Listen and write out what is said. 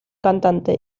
cantante